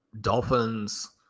dolphins